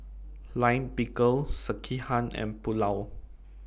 Lime Pickle Sekihan and Pulao